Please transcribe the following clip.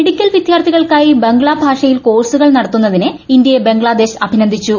medical വിദ്യാർത്ഥികൾക്കായി ബംഗ്ല ഭാഷയിൽ കോഴ്സുകൾ നടത്തുന്നതിനെ ഇന്ത്യയെ ബംഗ്ലാദേശ് അഭിനന്ദിച്ചു